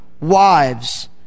wives